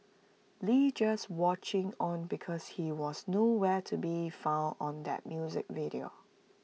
lee just watching on because he was no where to be found on that music video